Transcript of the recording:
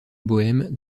bohême